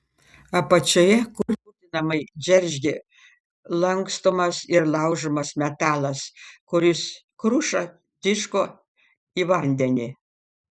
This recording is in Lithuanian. apačioje kurtinamai džeržgė lankstomas ir laužomas metalas kuris kruša tiško į vandenį